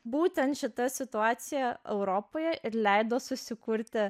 būtent šita situacija europoje ir leido susikurti